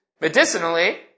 medicinally